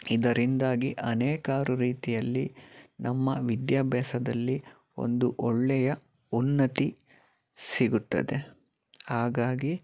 ಇದರಿಂದಾಗಿ ಅನೇಕಾರು ರೀತಿಯಲ್ಲಿ ನಮ್ಮ ವಿದ್ಯಾಭ್ಯಾಸದಲ್ಲಿ ಒಂದು ಒಳ್ಳೆಯ ಉನ್ನತಿ ಸಿಗುತ್ತದೆ ಹಾಗಾಗಿ